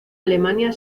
alemania